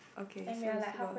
okay so we still got